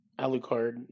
Alucard